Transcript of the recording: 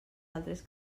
altres